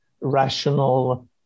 rational